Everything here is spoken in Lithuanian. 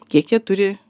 kiek jie turi